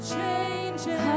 changes